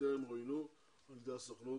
שטרם רואיינו על ידי הסוכנות